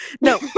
no